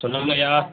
சொல்லுமையா